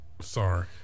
Sorry